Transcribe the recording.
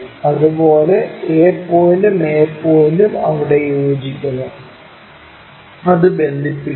അതുപോലെ a പോയിന്റും a പോയിന്റും അവിടെ യോജിക്കുന്നു അത് ബന്ധിപ്പിക്കുക